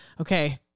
okay